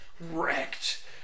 Wrecked